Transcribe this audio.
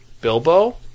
Bilbo